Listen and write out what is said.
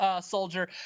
Soldier